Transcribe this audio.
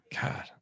God